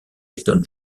elton